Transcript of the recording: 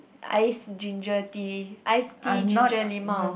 ice ginger tea ice tea ginger-limau